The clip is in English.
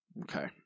Okay